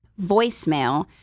voicemail